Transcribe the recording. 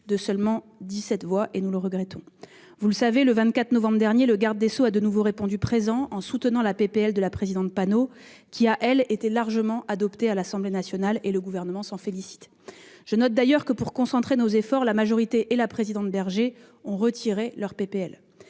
de seulement 17 voix- nous le regrettons. Vous le savez, le 24 novembre dernier, le garde des sceaux a de nouveau répondu présent en soutenant la proposition de loi de la présidente Panot qui a, elle, été largement adoptée à l'Assemblée nationale, ce dont le Gouvernement se félicite. Je note d'ailleurs que, pour concentrer nos efforts, la majorité et la présidente Aurore Bergé ont retiré leur